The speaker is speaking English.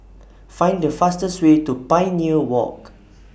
Find The fastest Way to Pioneer Walk